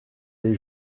les